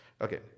Okay